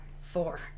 Four